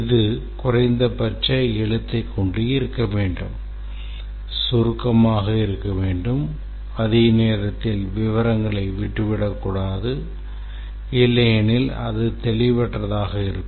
இது குறைந்தபட்ச எழுத்தை கொண்டு இருக்க வேண்டும் சுருக்கமாக இருக்க வேண்டும் அதே நேரத்தில் விவரங்களை விட்டுவிடக்கூடாது இல்லையெனில் அது தெளிவற்றதாக இருக்கும்